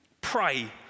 pray